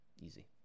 Easy